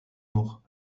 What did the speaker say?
nog